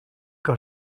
got